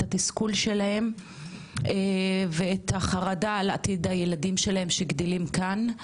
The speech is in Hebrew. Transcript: את התסכול שלהם ואת החרדה על עתיד הילדים שלהם שגדלים כאן,